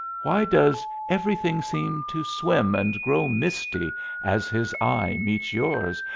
why does everything seem to swim and grow misty as his eye meets yours?